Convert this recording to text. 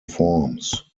forms